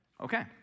Okay